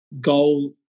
goal